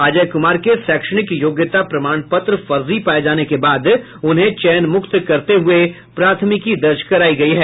अजय कुमार के शैक्षणिक योग्यता प्रमाण पत्र फर्जी पाए जाने के बाद उन्हें चयन मुक्त करते हुए प्राथमिकी दर्ज करायी गयी है